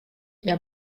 hja